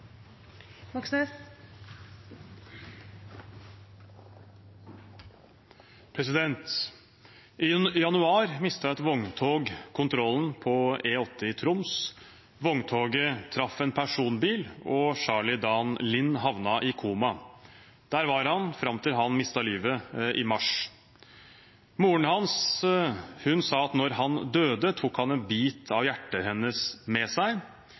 etter hvert. I januar mistet et vogntog kontrollen på E8 i Troms. Vogntoget traff en personbil, og Charlie Dan Lind havnet i koma. Det var han fram til han mistet livet i mars. Moren hans sa at da han døde, tok han en bit av hjertet hennes med seg.